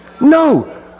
No